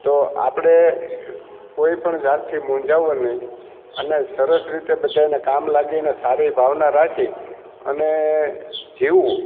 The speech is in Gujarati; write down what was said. તો આપળે કોઈપણ જાતથી મુઝાવું નહીં અને સરસ રીતે બધાયને કામ લાગીને સારી ભાવના રાખી અને જીવું